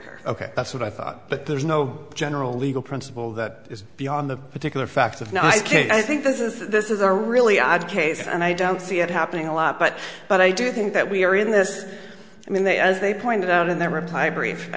wire ok that's what i thought but there's no general legal principle that is beyond the particular facts of now i can't i think this is this is a really odd case and i don't see it happening a lot but but i do think that we are in this i mean they as they pointed out and